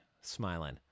smiling